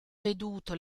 veduto